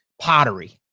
pottery